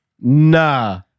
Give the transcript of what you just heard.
Nah